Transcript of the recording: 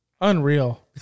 Unreal